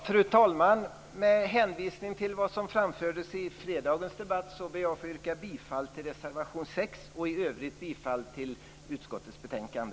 Fru talman! Med hänvisning till vad som framfördes i fredagens debatt ber jag att få yrka bifall till reservation 6 och i övrigt till hemställan i utskottets betänkande.